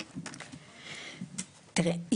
תראה,